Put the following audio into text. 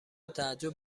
تعجب